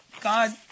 God